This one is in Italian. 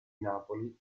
napoli